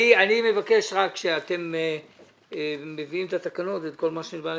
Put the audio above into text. אני מבקש שכאשר אתם מביאים את התקנות ואת כלמה שנלווה לעניין,